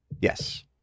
Yes